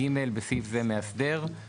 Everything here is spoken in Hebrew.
; (2) אחרי סעיף קטן (א) יבוא: "(ב)